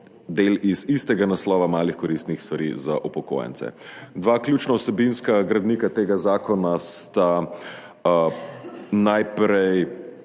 del iz istega naslova malih koristnih stvari za upokojence. Dva ključna vsebinska gradnika tega zakona sta najprej